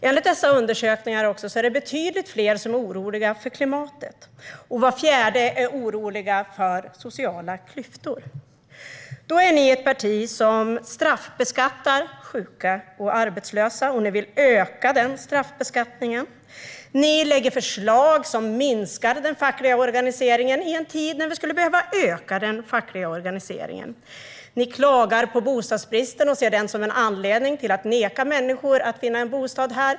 Enligt dessa undersökningar är det betydligt fler som är oroliga för klimatet, och var fjärde är orolig för sociala klyftor. Då är ni ett parti som straffbeskattar sjuka och arbetslösa, och ni vill öka den straffbeskattningen. Ni lägger fram förslag som minskar den fackliga organiseringen i en tid när vi skulle behöva öka den fackliga organiseringen. Ni klagar på bostadsbristen och ser den som en anledning till att neka människor att finna en bostad här.